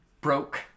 broke